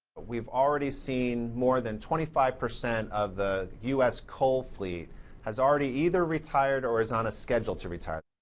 we've already seen more than twenty five percent of the u s. coal fleet has already either retired or is on a schedule to retire.